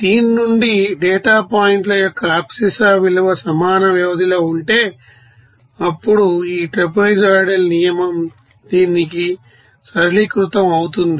దీని నుండి డేటా పాయింట్ల యొక్క అబ్సిస్సా విలువ సమాన వ్యవధిలో ఉంటే అప్పుడు ఈ ట్రాపెజాయిడల్ నియమం దీనికి సరళీకృతం అవుతుంది